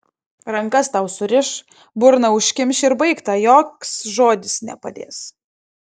rankas tau suriš burną užkimš ir baigta joks žodis nepadės